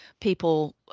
people